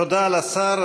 תודה לשר.